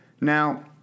Now